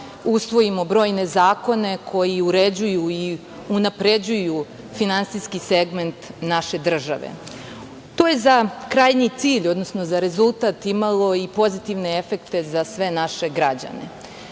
usvojimo brojne zakone koji uređuju i unapređuju finansijski segment naše države. To je za krajnji cilj, odnosno za rezultat imalo i pozitivne efekte za sve naše građane. Danas